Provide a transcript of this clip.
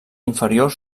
inferior